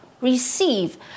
receive